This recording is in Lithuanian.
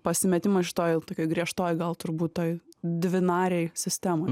pasimetimas šitoj tokioj griežtoj gal turbūt toj dvinarėj sistemoj